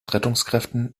rettungskräften